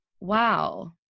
wow